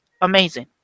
amazing